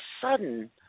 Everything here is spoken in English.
sudden